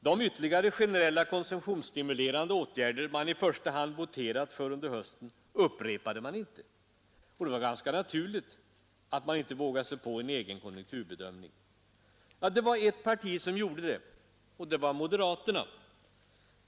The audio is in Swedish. De ytterligare generella konsumtionsstimulerande åtgärder mittenpartierna i första hand voterat för under hösten upprepade man inte. Det var ganska naturligt att man inte vågade sig på en egen konjunkturbedömning. Jo, det var ett parti som gjorde det, och det var moderaterna.